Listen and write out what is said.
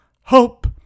hope